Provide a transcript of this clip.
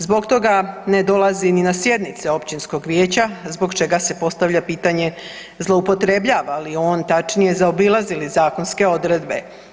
Zbog toga ne dolazi ni na sjednice općinskog vijeća zbog čega se postavlja pitanje zloupotrebljava li on, tačnije zaobilazi li zakonske odredbe.